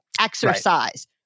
exercise